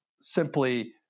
simply